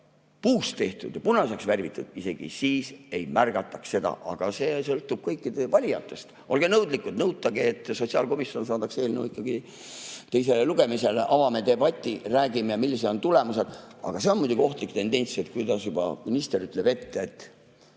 puust tehtud ja punaseks värvitud, isegi siis ei märgataks seda. Aga palju sõltub kõikidest teie valijatest. Olge nõudlikud, nõutage, et sotsiaalkomisjon saadaks eelnõu ikkagi teisele lugemisele, avame debati, räägime ja [vaatame], millised on tulemused. Ent see on muidugi ohtlik tendents, kui juba minister ütleb veksli ette.